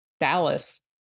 Dallas